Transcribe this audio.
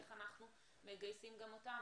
איך אנחנו מגייסים גם אותם,